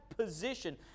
Position